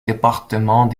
département